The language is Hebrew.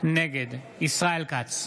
נגד ישראל כץ,